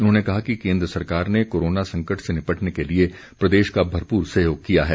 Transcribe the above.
उन्होंने कहा कि केन्द्र सरकार ने कोरोना संकट से निपटने के लिए प्रदेश का भरपूर सहयोग किया है